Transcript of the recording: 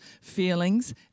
feelings